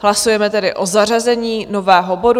Hlasujeme tedy o zařazení nového bodu.